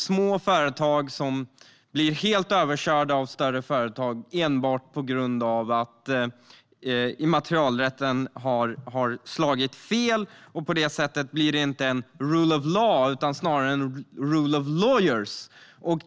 Små företag kan bli helt överkörda av större företag enbart på grund av att immaterialrätten har slagit fel. På det sättet blir det inte en rule of law utan snarare en rule of lawyers.